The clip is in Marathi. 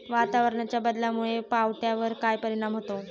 वातावरणाच्या बदलामुळे पावट्यावर काय परिणाम होतो?